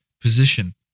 position